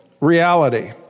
reality